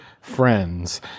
friends